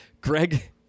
Greg